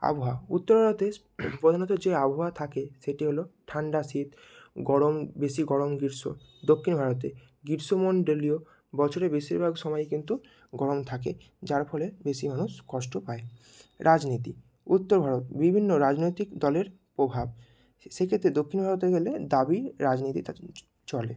আবহাওয়া উত্তর ভারতে প্রধানত যে আবহাওয়া থাকে সেটি হল ঠাণ্ডা শীত গরম বেশি গরম গ্রীষ্ম দক্ষিণ ভারতে গ্রীষ্ম মণ্ডলীয় বছরে বেশিরভাগ সময় কিন্তু গরম থাকে যার ফলে বেশি মানুষ কষ্ট পায় রাজনীতি উত্তর ভারত বিভিন্ন রাজনৈতিক দলের প্রভাব সেক্ষেত্রে দক্ষিণ ভারতে গেলে দাবি রাজনীতি চলে